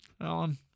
Alan